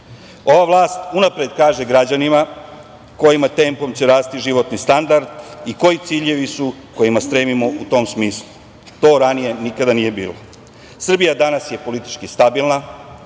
Ova vlast unapred kaže građanima kojim tempom će rasti životni standard i koji ciljevi su kojima stremimo u tom smislu. To ranije nikada nije bilo. Srbija je danas politički stabilna,